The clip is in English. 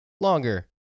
longer